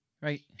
right